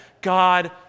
God